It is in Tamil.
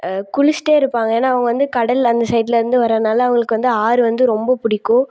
குளிச்சுட்டேயிருப்பாங்க ஏன்னால் அவங்க வந்து கடல் அந்த சைட்டிலேருந்து வரனால் அவங்களுக்கு வந்து ஆறு வந்து ரொம்ப பிடிக்கும்